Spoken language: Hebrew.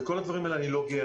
בכל הדברים אני לא גאה.